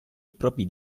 propri